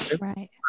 Right